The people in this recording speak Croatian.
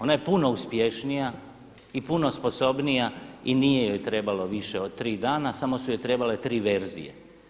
Ona je puno uspješnija i puno sposobnija i nije joj trebalo više od tri dana samo su joj trebale tri verzije.